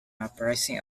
uprising